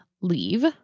leave